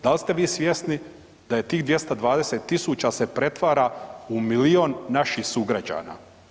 Dal ste vi svjesni da je tih 220.000 se pretvara u milijun naših sugrađana?